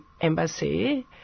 embassy